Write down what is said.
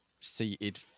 seated